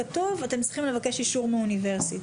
כתוב: אתם צריכים לבקש אישור מהאוניברסיטה.